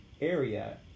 area